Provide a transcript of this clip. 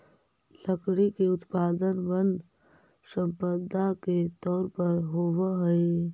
लकड़ी के उत्पादन वन सम्पदा के तौर पर होवऽ हई